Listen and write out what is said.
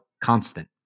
Constant